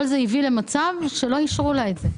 הביאו למצב שלא אישרו לה את זה,